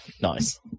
nice